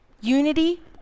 Unity